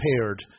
prepared